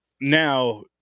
Now